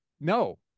no